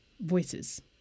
voices